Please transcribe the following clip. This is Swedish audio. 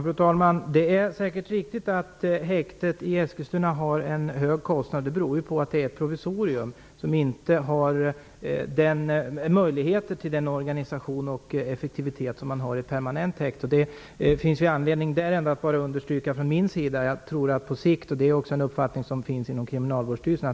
Fru talman! Det är säkert riktigt att häktet i Eskilstuna har en hög kostnad. Det beror ju på att det är ett provisorium som inte har möjligheter till den organisation och effektivitet som man har vid permanent häkte. Jag har anledning att understryka att det på sikt finns behov av ett permanent häkte i Eskilstuna, vilket också är en uppfattning som finns inom Kriminalvårdsstyrelsen.